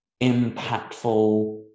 impactful